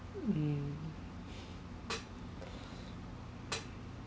mm